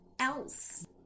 else